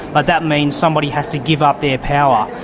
but that means somebody has to give up their power,